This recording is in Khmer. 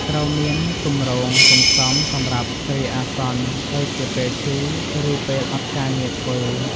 ត្រូវមានគម្រោងសន្សំសម្រាប់គ្រាអាសន្ន ដូចជាពេលឈឺ ឬពេលអត់ការងារធ្វើ។